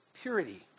purity